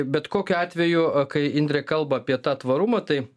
bet kokiu atveju kai indrė kalba apie tą tvarumą tai